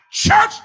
church